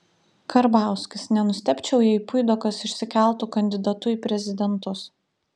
karbauskis nenustebčiau jei puidokas išsikeltų kandidatu į prezidentus